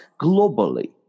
globally